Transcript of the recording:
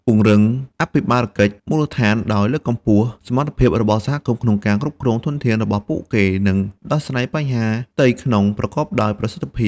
ពង្រឹងអភិបាលកិច្ចមូលដ្ឋាន ដោយលើកកម្ពស់សមត្ថភាពរបស់សហគមន៍ក្នុងការគ្រប់គ្រងធនធានរបស់ពួកគេ និងដោះស្រាយបញ្ហាផ្ទៃក្នុងប្រកបដោយប្រសិទ្ធភាព។